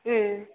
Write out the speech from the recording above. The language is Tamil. ம்